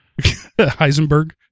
Heisenberg